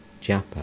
japa